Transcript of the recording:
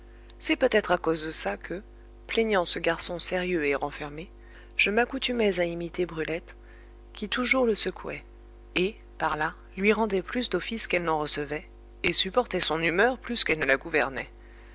c'est peut-être à cause de ça que plaignant ce garçon sérieux et renfermé je m'accoutumais à imiter brulette qui toujours le secouait et par là lui rendait plus d'office qu'elle n'en recevait et supportait son humeur plus qu'elle ne la gouvernait